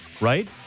right